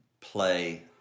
play